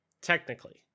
technically